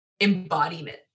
embodiment